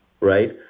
right